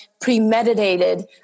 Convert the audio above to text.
premeditated